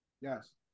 Yes